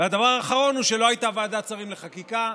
הדבר האחרון הוא שלא הייתה ועדת שרים לחקיקה.